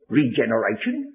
regeneration